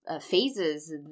Phases